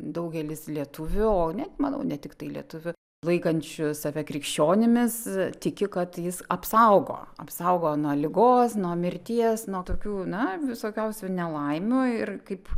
daugelis lietuvių o ne manau ne tiktai lietuvių laikančių save krikščionimis tiki kad jis apsaugo apsaugo nuo ligos nuo mirties nuo tokių na visokiausių nelaimių ir kaip